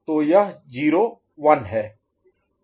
तो यह 0 1 है